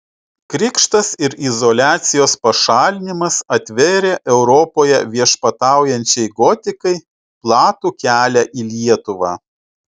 krikštas ir izoliacijos pašalinimas atvėrė europoje viešpataujančiai gotikai platų kelią į lietuvą